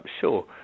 sure